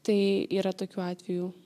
tai yra tokių atvejų